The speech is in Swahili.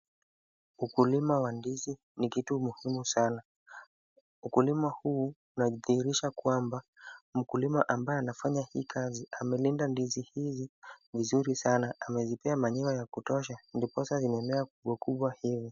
Ukulima wa ndizi ni kitu muhimu sana. Ukulima huu, unadhihirisha kwamba, mkulima ambaye anafanya hii kazi amelinda ndizi hii vizuri sana. Amezipea manyua ya kutosha, ndiposa zimemea kubwa kubwa hivi.